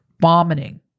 Vomiting